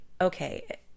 okay